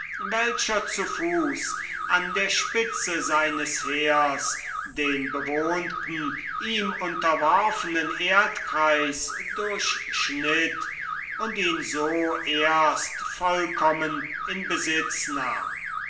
welcher zu fuß an der spitze seines heers den bewohnten ihm unterworfenen erdkreis durchschritt und ihn so erst vollkommen in besitz nahm